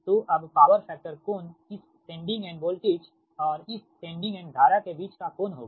तो अब power factor कोण इस सेंडिंग एंड वोल्टेज और इस सेंडिंग एंड धारा के बीच का कोण होगा